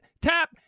Tap